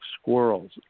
squirrels